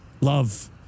Love